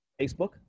Facebook